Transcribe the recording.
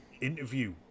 interview